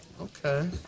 Okay